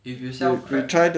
if you sell crab